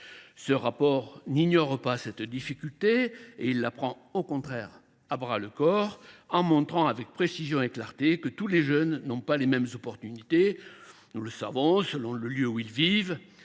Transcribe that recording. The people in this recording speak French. la Cour n’ignore pas cette difficulté et la prend au contraire à bras le corps, en montrant avec précision et clarté que tous les jeunes n’ont pas les mêmes chances selon le lieu où ils vivent,